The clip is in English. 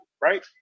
Right